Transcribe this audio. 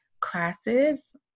classes